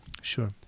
Sure